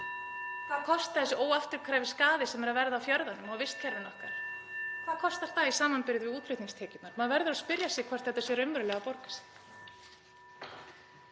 Hvað kostar þessi óafturkræfi skaði sem er að verða á fjörðunum og vistkerfinu okkar? (Forseti hringir.) Hvað kostar það í samanburði við útflutningstekjurnar? Maður verður að spyrja sig hvort þetta sé raunverulega að borga sig.